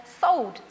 sold